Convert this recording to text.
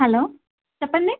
hello చెప్పండి